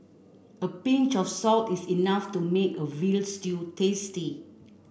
a pinch of salt is enough to make a veal stew tasty